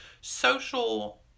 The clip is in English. social